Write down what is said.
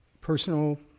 personal